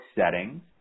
settings